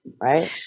Right